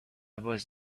was